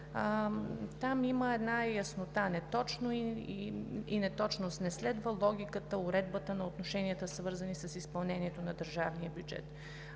има една неяснота, неточно следва логиката, уредбата на отношенията, свързани с изпълнението на държавния бюджет.